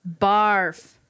Barf